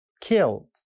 killed